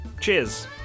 Cheers